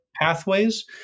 pathways